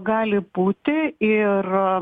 gali būti ir